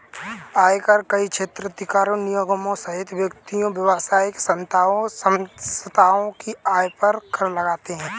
आयकर कई क्षेत्राधिकार निगमों सहित व्यक्तियों, व्यावसायिक संस्थाओं की आय पर कर लगाते हैं